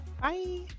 Bye